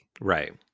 Right